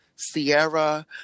Sierra